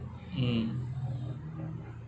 mm